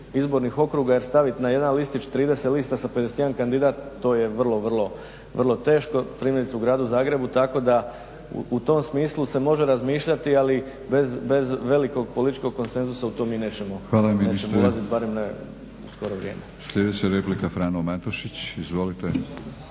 izbornih okruga, staviti na jedan listić 30 lista sa 51 kandidat, to je vrlo, vrlo, vrlo teško, primjerice u gradu Zagrebu, tako da u tom smislu se može razmišljati, ali bez velikog političkog konsenzusa, u to mi nećemo ulaziti, barem ne u skoro vrijeme.